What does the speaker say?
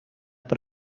per